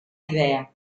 idea